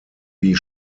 wie